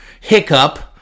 hiccup